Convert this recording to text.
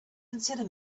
consider